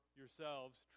yourselves